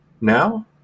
now